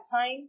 time